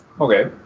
Okay